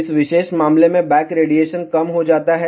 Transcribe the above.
इस विशेष मामले में बैक रेडिएशन कम हो जाता है